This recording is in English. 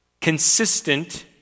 consistent